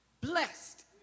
blessed